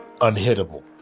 unhittable